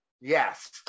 Yes